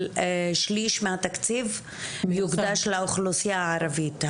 שליש מהתקציב שיוקדש לאוכלוסייה הערבית.